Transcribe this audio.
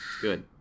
Good